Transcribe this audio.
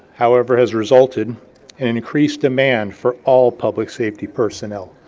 however, has resulted in an increased demand for all public safety personnel,